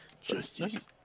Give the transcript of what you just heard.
Justice